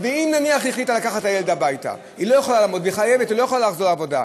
אם נניח היא החליטה לקחת את הילד הביתה והיא לא יכולה לחזור לעבודה,